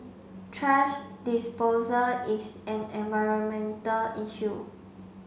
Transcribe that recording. thrash disposal is an environmental issue